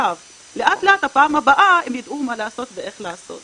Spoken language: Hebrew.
לאט לאט בפעם הבאה הם יידעו מה לעשות ואיך לעשות.